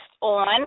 on